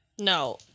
No